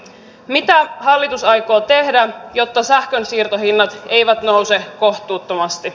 mitä hallitus aikoo tehdä jotta sähkönsiirtohinnat eivät nouse kohtuuttomasti